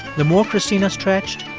the more cristina stretched,